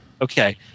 Okay